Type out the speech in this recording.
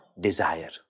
desire